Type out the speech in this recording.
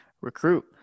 recruit